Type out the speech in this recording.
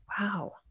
Wow